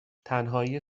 تنهایی